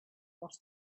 was